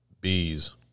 Bees